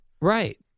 Right